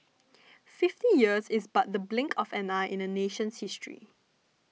fifty years is but the blink of an eye in a nation's history